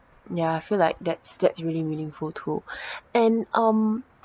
ya I feel like that's that's really meaningful too and um